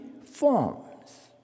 forms